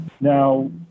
Now